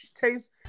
taste